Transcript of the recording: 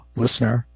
listener